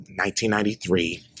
1993